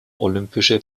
olympische